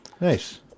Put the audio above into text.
nice